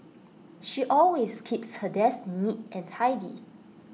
she always keeps her desk neat and tidy